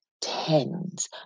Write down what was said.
tens